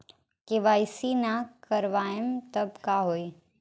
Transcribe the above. KYC ना करवाएम तब का होई?